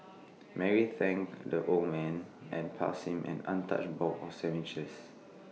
Mary's thanked the old man and passed him an untouched box of sandwiches